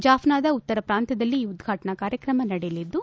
ಜಾಫ್ನಾದ ಉತ್ತರ ಪ್ರಾಂತ್ಯದಲ್ಲಿ ಈ ಉದ್ವಾಟನಾ ಕಾರ್ಯಕ್ರಮ ನಡೆಯಲಿದ್ದು